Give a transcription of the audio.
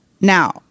Now